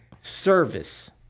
service